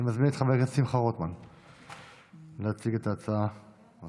אני מזמין את חבר הכנסת שמחה רוטמן להציג את ההצעה הדחופה.